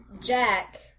Jack